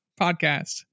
podcast